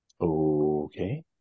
Okay